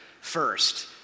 first